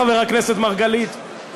חבר הכנסת מרגלית,